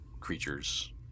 creatures